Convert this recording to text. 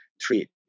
treat